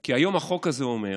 כי היום החוק הזה אומר,